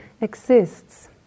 exists